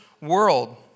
world